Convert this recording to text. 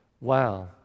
Wow